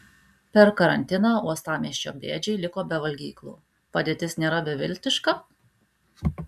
per karantiną uostamiesčio bėdžiai liko be valgyklų padėtis nėra beviltiška